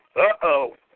Uh-oh